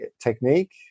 technique